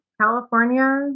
California